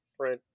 right